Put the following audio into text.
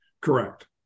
Correct